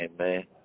Amen